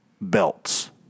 belts